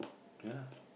ya lah